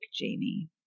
Jamie